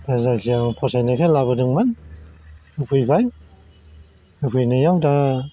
हाजारखि आं फसायनायखाय लाबोदोंमोन होफैबाय होफैनायाव दा